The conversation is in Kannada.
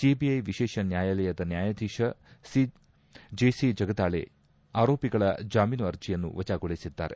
ಸಿಬಿಐ ವಿಶೇಷ ನ್ಡಾಯಾಲಯದ ನ್ಯಾಯಧೀಶ ಜೆಸಿ ಜಗದಾಳೆ ಆರೋಪಿಗಳ ಜಾಮೀನು ಅರ್ಜಿಯನ್ನು ವಜಾಗೊಳಿಸಿದ್ದಾರೆ